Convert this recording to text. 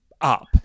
up